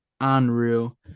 unreal